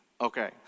Okay